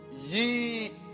Ye